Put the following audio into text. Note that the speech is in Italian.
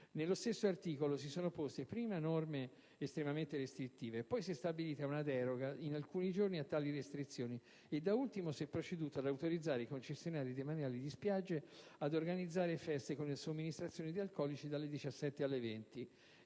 Nello stesso articolo si sono poste prima norme estremamente restrittive, poi si è stabilita una deroga in alcuni giorni a tali restrizioni e da ultimo si è proceduto ad autorizzare i concessionari demaniali di spiagge ad organizzare feste con somministrazione di alcolici dalle ore 17 alle ore 20.